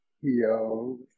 Yo